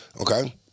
Okay